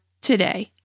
today